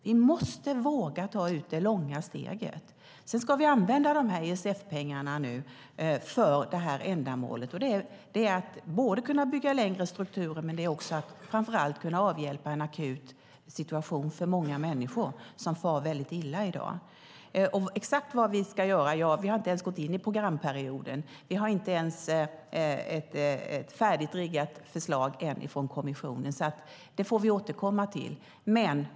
Vi måste våga ta långa steg. Sedan ska vi använda ESF-pengarna för ändamålet, vilket handlar både om att kunna bygga längre strukturer och, framför allt, om att kunna avhjälpa en akut situation för många människor som i dag far väldigt illa. När det gäller exakt vad vi ska göra har vi inte ens gått in i programperioden. Vi har inte ens ett färdigt och riggat förslag från kommissionen. Det får vi alltså återkomma till.